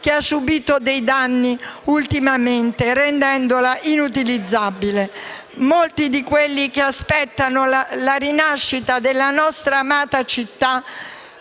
ha subìto dei danni che l'hanno resa inutilizzabile. Molti di quelli che aspettano la rinascita della nostra amata città